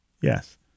Yes